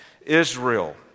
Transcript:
Israel